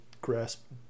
grasp